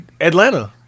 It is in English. Atlanta